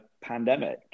pandemic